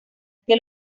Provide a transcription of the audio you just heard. que